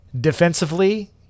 defensively